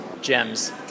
gems